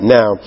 now